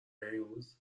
هیوز